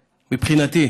מבחינתי.